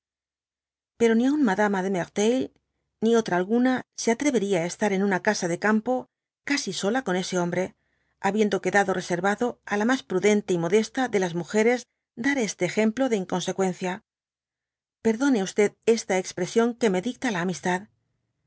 pero ni aun madama de merteuil ni otra alguna se atrevería á estar en una casa de campo casi sola con ese hombre habiendo quedado reservado á la mas prudente y modesta de las múgeres dtr este ejemplo de inconseqüencia perdone cst expresión que jne dicta la amistad